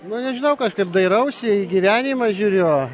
nu nežinau kažkaip dairausi į gyvenimą žiūriu